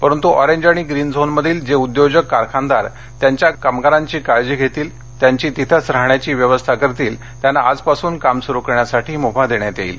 परंतू अरेंज आणि ग्रीन झोनमधील जे उद्योजक कारखानदार त्यांच्या कामगारांची काळजी घेतील त्यांची तिथेच राहण्याची व्यवस्था करतील त्यांना आजपासून काम सुरू करण्यासाठी मुभा देण्यात येईल